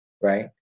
right